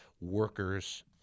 workers